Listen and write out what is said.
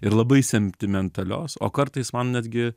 ir labai sentimentalios o kartais man netgi